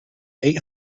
eight